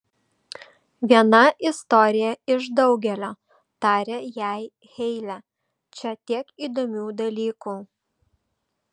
viena istorija iš daugelio tarė jai heile čia tiek įdomių dalykų